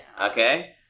Okay